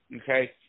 okay